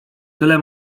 tyle